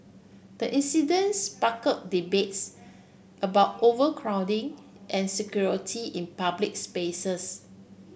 the incident spark debates about overcrowding and security in public spaces